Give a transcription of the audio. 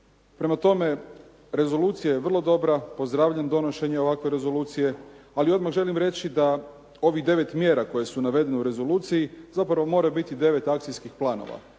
Prema tome, rezolucija je vrlo dobra. Pozdravljam donošenje ovakve rezolucije, ali odmah želim reći da ovih devet mjera koje su navedene u rezoluciji zapravo moraju biti devet akcijskih planova.